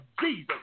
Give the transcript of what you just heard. Jesus